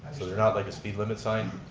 so they're not like a speed limit sign.